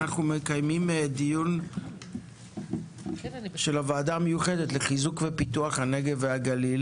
אנחנו מקיימים דיון של הוועדה המיוחדת לחיזוק ופיתוח הנגב והגליל